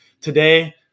today